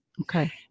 Okay